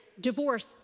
divorce